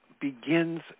begins